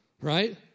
right